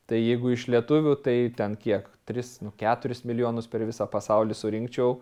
tai jeigu iš lietuvių tai ten kiek tris keturis milijonus per visą pasaulį surinkčiau